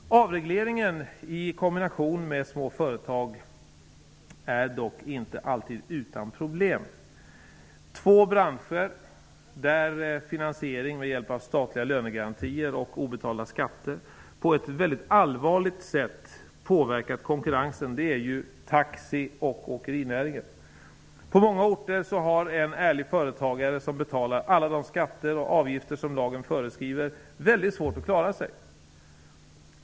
Avregleringen i kombination med små företag är dock inte alltid utan problem. Två branscher där finansiering med hjälp av statliga lönegarantier och obetalda skatter på ett väldigt allvarligt sätt påverkat konkurrensen är inom taxi och åkerinäringen. På många orter har en ärlig företagare som betalar alla de skatter och avgifter som lagen föreskriver väldigt svårt att klara sig.